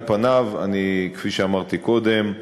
על פניו, כפי שאמרתי קודם,